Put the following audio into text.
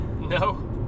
No